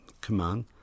command